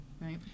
Right